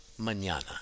mañana